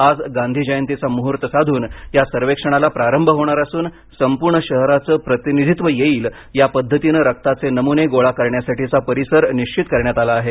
आज गांधी जयंतीचा मुहूर्त साधून या सर्वेक्षणाला प्रारंभ होणार असून संपूर्ण शहराचं प्रतिनिधित्व येईल यापद्धतीनं रक्ताचे नमुने गोळा करण्यासाठीचा परिसर निश्चित करण्यात आला आहे